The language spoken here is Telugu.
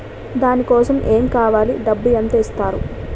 దాని కోసం ఎమ్ కావాలి డబ్బు ఎంత ఇస్తారు?